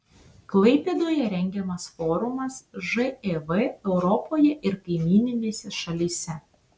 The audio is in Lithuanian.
klaipėdoje rengiamas forumas živ europoje ir kaimyninėse šalyse